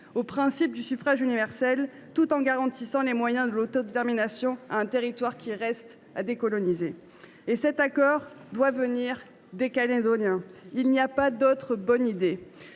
aux principes du suffrage universel tout en garantissant les moyens de l’autodétermination à un territoire qui reste à décoloniser. Cet accord doit venir des Calédoniens. Il n’y a pas d’autre bonne idée